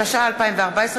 התשע"ה 2014,